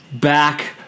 back